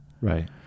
Right